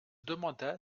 demanda